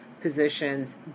positions